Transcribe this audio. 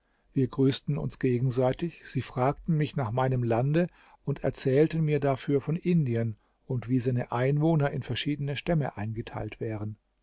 wir grüßten uns gegenseitig sie fragten mich nach meinem lande und erzählten mir dafür von indien und wie seine einwohner in verschiedene stämme eingeteilt wären